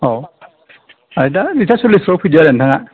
औ दा दुयथा सललिसफ्राव फैदो आरो नोंथाङा